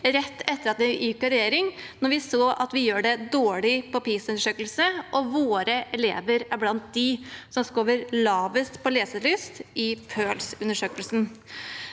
rett etter at de gikk ut av regjering. Da så vi at vi gjorde det dårlig på PISA-undersøkelsen, og at våre elever var blant dem som scoret lavest på leselyst i PIRLS-undersøkelsen.